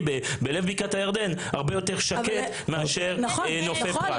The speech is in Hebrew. בלב בקעת הירדן הרבה יותר שקט מאשר נופי פרת.